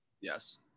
Yes